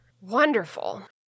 Wonderful